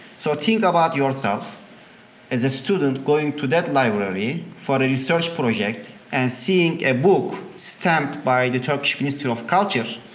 so think about yourself as a student going to that library for a research project and seeing a book stamped by the turkish ministry of culture.